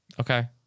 Okay